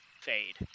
fade